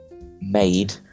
made